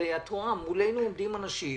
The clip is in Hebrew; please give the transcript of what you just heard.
הרי את רואה, מולנו עומדים אנשים